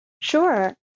Sure